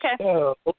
Okay